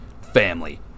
family